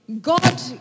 God